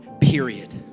period